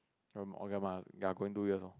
from ya going two years loh